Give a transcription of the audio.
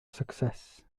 success